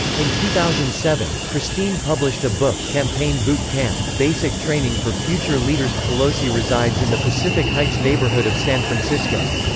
in two thousand and seven, christine published a book, campaign boot camp basic training for future leaders pelosi resides in the pacific heights neighborhood of san francisco.